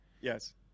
Yes